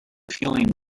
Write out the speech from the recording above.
feeling